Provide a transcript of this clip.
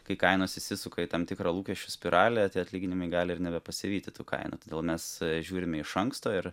kai kainos įsisuka į tam tikrą lūkesčių spiralę tie atlyginimai gali ir nebepasivyti tų kainų todėl mes žiūrime iš anksto ir